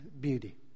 beauty